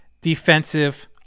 defensive